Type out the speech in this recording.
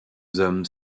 hommes